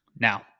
Now